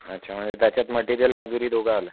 अच्छा म्हणजे त्याच्यात मटेरियल मजुरी दोघं आलं